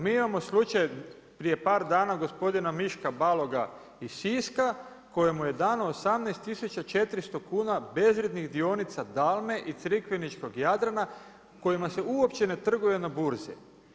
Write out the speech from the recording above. Mi imamo slučaj prije par dana, gospodina Miška Baloga, iz Siska, kojemu je dano 18400 kuna bezvrijednih dionica Dalme i Crikveničkog Jadrana kojima se uopće ne trguje na burzi.